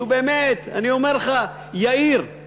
נו באמת, אני אומר לך, יאיר,